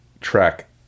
track